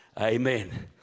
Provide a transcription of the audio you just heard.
Amen